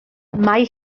mae